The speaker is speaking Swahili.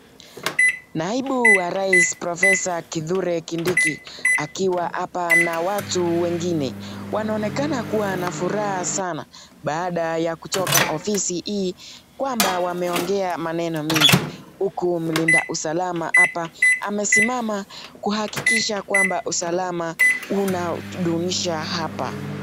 Naibu wa rais Professor Kithure Kindiki akiwa hapa na watu wengine. Wanaonekana kuwa na furaha sana, baada ya kutoka ofisi hii kwamba wameongea maneno mingi, huku mlinda usalama hapa amesimama kuhakikisha kwamba usalama unadunisha hapa.